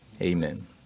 Amen